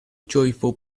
joyful